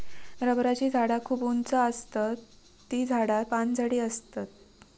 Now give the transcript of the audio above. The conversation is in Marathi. रबराची झाडा खूप उंच आसतत ती झाडा पानझडी आसतत